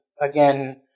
again